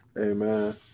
amen